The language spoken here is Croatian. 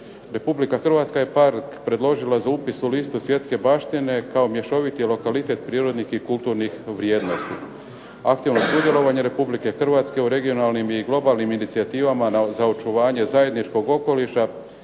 Republika Hrvatska je park predložila za upis u listu svjetske baštine kao mješoviti lokalitet prirodnih i kulturnih vrijednosti. Aktivno sudjelovanje Republike Hrvatske u regionalnim i globalnim inicijativama za očuvanje zajedničkog okoliša